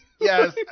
Yes